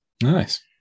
Nice